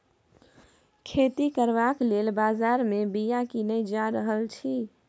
खेती करबाक लेल बजार मे बीया कीने जा रहल छी